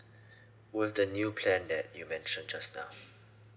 with the new plan that you mentioned just now